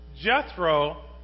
Jethro